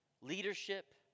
leadership